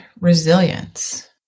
resilience